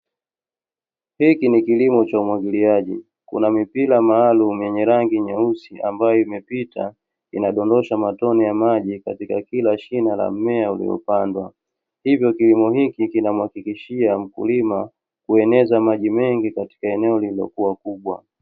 Hiki ni kilimo cha umwagiliaji. Kuna mipira maalumu yenye rangi nyeusi, ambayo imepita inadondosha matone ya maji katika kila shina la mmea uliopandwa, hivyo kilimo hiki kinamuhakikishia mkulima kueneza maji mengi katika eneo lililokua kubwa.